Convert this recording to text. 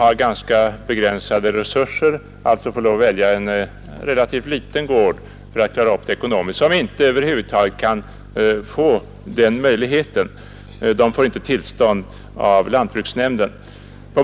De har begränsade resurser och måste välja en relativt liten gård för att kunna klara ekonomin, om de över huvud taget får tillstånd av lantbruksnämnden att köpa.